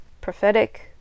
prophetic